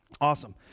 awesome